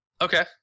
Okay